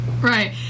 Right